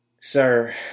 sir